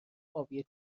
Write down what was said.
آبی